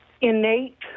innate